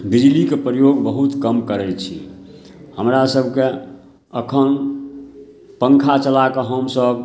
बिजलीके प्रयोग बहुत कम करै छी हमरासभकेँ एखन पन्खा चलाकऽ हमसभ